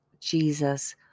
Jesus